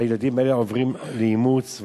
הילדים האלה עוברים לאימוץ.